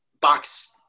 box